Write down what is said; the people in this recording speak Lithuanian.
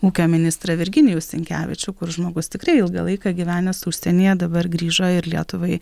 ūkio ministrą virginijų sinkevičių kur žmogus tikrai ilgą laiką gyvenęs užsienyje dabar grįžo ir lietuvai